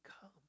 come